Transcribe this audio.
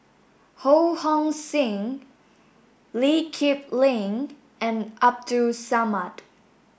Ho Hong Sing Lee Kip Lin and Abdul Samad